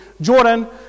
Jordan